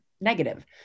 negative